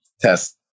test